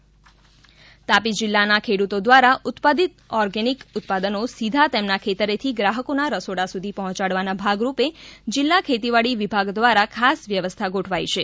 Tapi organic ઉત્પાદન તાપી જિલ્લાના ખેડૂતો દ્વારા ઉત્પાદિત ઓર્ગેનિક ઉત્પાદનો સીધા તેમના ખેતરેથી ગ્રાહકોના રસોડા સુધી પહોચાડવાના ભાગરૂપે જિલ્લા ખેતીવાડી વિભાગ દ્વારા ખાસ વ્યવસ્થા ગોઠવાઇ છે